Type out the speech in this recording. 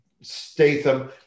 Statham